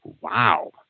wow